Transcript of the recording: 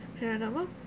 Paranormal